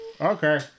Okay